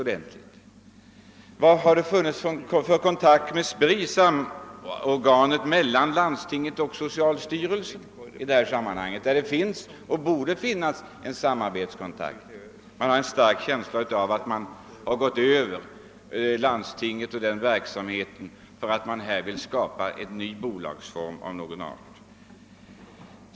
Vilken kontakt har man haft med SPRI, samarbetsorganet mellan landstingen och socialstyrelsen? Jag har en stark känsla av att man har gått förbi landstingen och deras verksamhet därför att man velat skapa ett bolag på detta område.